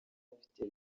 afite